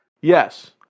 Yes